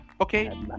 Okay